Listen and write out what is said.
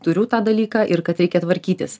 turiu tą dalyką ir kad reikia tvarkytis